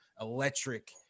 electric